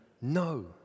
No